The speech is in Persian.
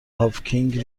هاوکینگ